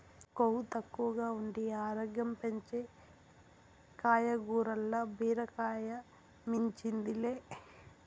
కొవ్వు తక్కువగా ఉండి ఆరోగ్యం పెంచే కాయగూరల్ల బీరకాయ మించింది లే